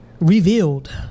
Revealed